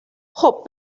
خوب